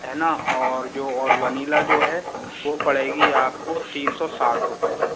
है न और जो और वनीला जो है वो पड़ेगी आपको तीन सौ साठ रुपए